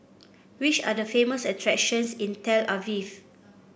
which are the famous attractions in Tel Aviv